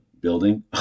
building